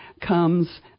comes